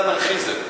אבל זה אנרכיזם,